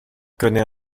connait